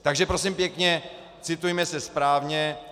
Takže prosím pěkně, citujme se správně.